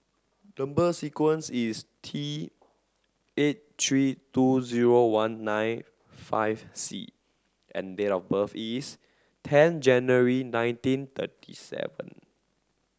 number sequence is T eight three two zero one nine five C and date of birth is ten January nineteen thirty seven